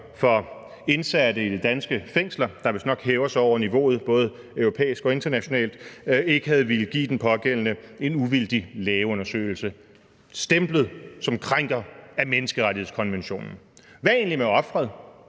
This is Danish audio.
for indsatte i de danske fængsler – der vistnok hæver sig over niveauet, både europæisk og internationalt – ikke havde villet give den pågældende en uvildig lægeundersøgelse; Danmark blev stemplet som krænker af menneskerettighedskonventionen. Hvad egentlig med offeret,